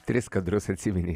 tris kadrus atsimeni